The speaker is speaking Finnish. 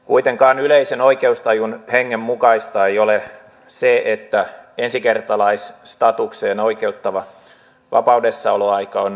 kuitenkaan yleisen oikeustajun hengen mukaista ei ole se että ensikertalaisstatukseen oikeuttava vapaudessaoloaika on näinkin lyhyt